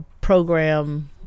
program